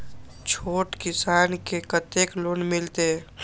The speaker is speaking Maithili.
छोट किसान के कतेक लोन मिलते?